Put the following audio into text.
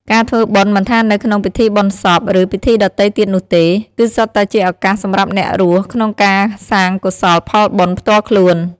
ការធ្វើបុណ្យមិនថានៅក្នុងពិធីបុណ្យសព ឬពិធីដទៃទៀតនោះទេ គឺសុទ្ធតែជាឱកាសសម្រាប់អ្នករស់ក្នុងការសាងកុសលផលបុណ្យផ្ទាល់ខ្លួន។